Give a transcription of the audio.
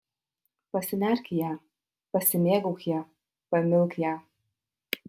pasinerk į ją pasimėgauk ja pamilk ją